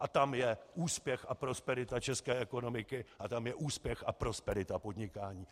A tam je úspěch a prosperita české ekonomiky, a tam je úspěch a prosperita podnikání.